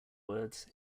words